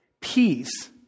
peace